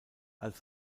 als